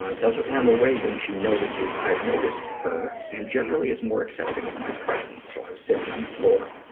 ah doesn't run away when she notices i've noticed her, and generally is more accepting of my presence. so i was sitting on the floor,